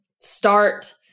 start